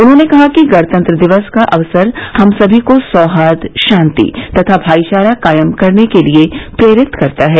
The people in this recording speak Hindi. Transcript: उन्होंने कहा कि गणतंत्र दिवस का अवसर हम सभी को सौहार्द शांति तथा भाईचारा कायम करने के लिए प्रेरित करता है